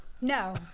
No